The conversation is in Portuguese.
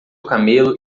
camelo